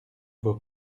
vos